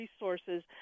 resources